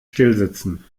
stillsitzen